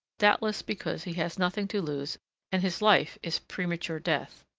doubtless because he has nothing to lose and his life is premature death.